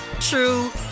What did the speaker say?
true